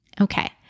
Okay